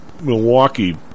Milwaukee